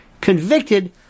convicted